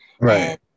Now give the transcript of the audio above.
right